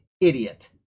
idiot